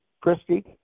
Christie